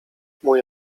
mój